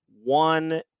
one